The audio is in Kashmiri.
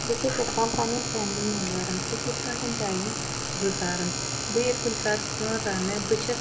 بہٕ چھیٚس یَژھان پَننیٚن فیملی میٚمبَرَن سۭتۍ یِتھ کٲٹھۍ ٹایم گُزارُن بہٕ ییٚلہِ کُنہِ ساتہٕ سیٛن رَنہٕ بہٕ چھیٚس